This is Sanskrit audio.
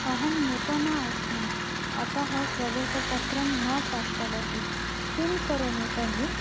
अहं नूतना अस्मि अतः प्रवेशपत्रं न प्राप्तवती किं करोमि तर्हि